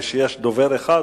כשיש דובר אחד,